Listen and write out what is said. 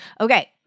Okay